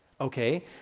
Okay